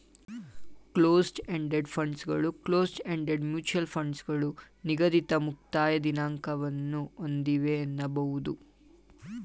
closed ended ಫಂಡ್ಗಳು close ended mutual ಫಂಡ್ಗಳು ನಿಗದಿತ ಮುಕ್ತಾಯ ದಿನಾಂಕವನ್ನ ಒಂದಿವೆ ಎನ್ನಬಹುದು